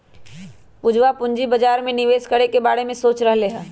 पूजवा पूंजी बाजार में निवेश करे के बारे में सोच रहले है